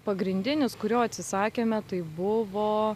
pagrindinis kurio atsisakėme tai buvo